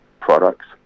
products